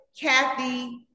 Kathy